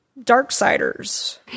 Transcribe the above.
Darksiders